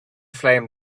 flame